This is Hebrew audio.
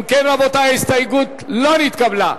אם כן, רבותי, ההסתייגות לא נתקבלה.